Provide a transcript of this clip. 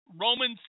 Romans